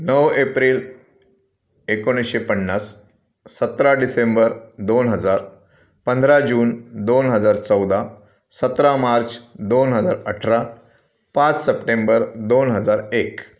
नऊ एप्रिल एकोणीसशे पन्नास सतरा डिसेंबर दोन हजार पंधरा जून दोन हजार चौदा सतरा मार्च दोन हजार अठरा पाच सप्टेंबर दोन हजार एक